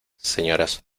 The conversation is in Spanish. señoras